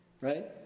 Right